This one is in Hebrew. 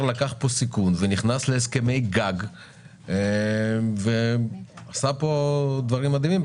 לקח פה סיכון ונכנס להסכמי גג ועשה פה דברים מדהימים.